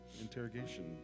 interrogation